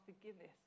forgiveness